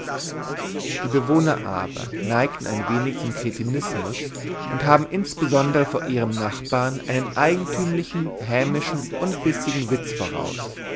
die bewohner aber neigen ein wenig zum kretinismus und haben insbesondere vor ihren nachbarn einen eigentümlichen hämischen und bissigen witz voraus